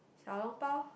小笼包:Xiao Long Bao